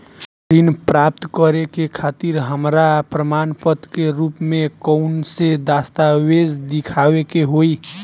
ऋण प्राप्त करे के खातिर हमरा प्रमाण के रूप में कउन से दस्तावेज़ दिखावे के होइ?